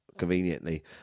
conveniently